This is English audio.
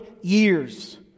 years